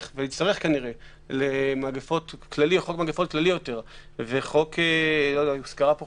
אותו בחוק מגפות כללי יותר או לחצבת.